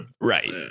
Right